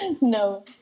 no